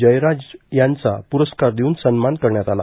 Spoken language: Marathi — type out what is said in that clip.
जयराज यांचा पुरस्कार देऊन सन्मान करण्यात आला